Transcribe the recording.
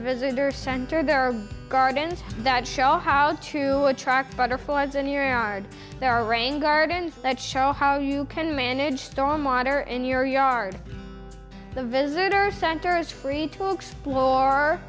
visitor's center there are gardens that show how true attracts butterflies in your yard there are rain gardens that show how you can manage storm water in your yard the visitor center is free to explore